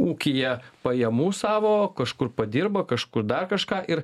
ūkyje pajamų savo kažkur padirba kažkur dar kažką ir